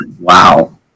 wow